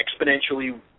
exponentially